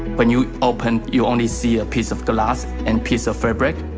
when you open you only see a piece of glass and piece of fabric,